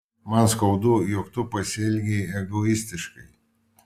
man skaudu jog tu pasielgei egoistiškai